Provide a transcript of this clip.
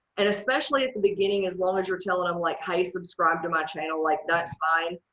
and especially at the beginning as long as you're telling them like hey, subscribe to my channel like that's fine.